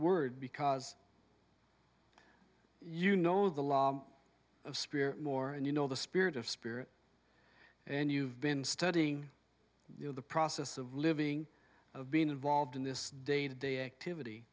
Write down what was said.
word because you know the law of spirit more and you know the spirit of spirit and you've been studying you know the process of living of being involved in this day to day activity